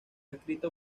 escrito